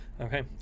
Okay